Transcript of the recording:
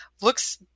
looks